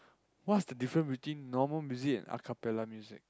what's the different between normal music and acapella music